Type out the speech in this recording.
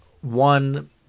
one